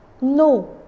No